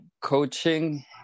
Coaching